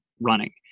running